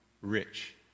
rich